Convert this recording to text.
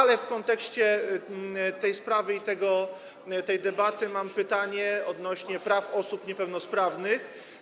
Ale w kontekście tej sprawy i tej debaty mam pytanie odnośnie do praw osób niepełnosprawnych: